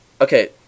Okay